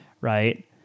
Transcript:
right